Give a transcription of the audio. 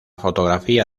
fotografía